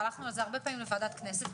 והלכנו על זה הרבה פעמים לוועדת הכנסת,